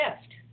shift